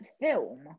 film